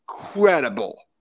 incredible